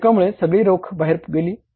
देयकामुळे सगळी रोख बाहेर गेली